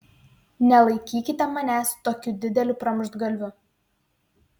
nelaikykite manęs tokiu dideliu pramuštgalviu